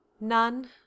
none